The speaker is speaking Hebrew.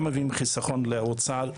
גם מביאים חסכון לאוצר,